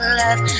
love